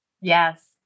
Yes